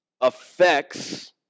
affects